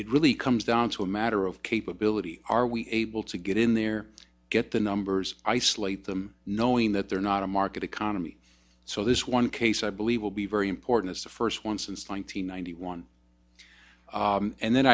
it really comes down to a matter of capability are we able to get in there get the numbers isolate them knowing that they're not a market economy so this one case i believe will be very important as the first one since one thousand nine hundred one and then